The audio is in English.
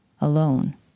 alone